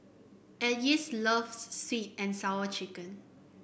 Ardyce loves sweet and Sour Chicken